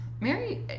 Mary